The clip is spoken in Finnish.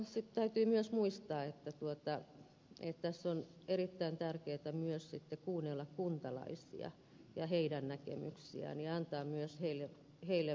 täytyy myös muistaa että tässä on sitten erittäin tärkeätä myös kuunnella kuntalaisia ja heidän näkemyksiään ja antaa myös heille vaikuttamismahdollisuuksia